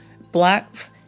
Blacks